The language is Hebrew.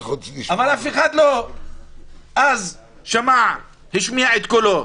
-- אבל אף אחד אז לא שמע, השמיע את קולו.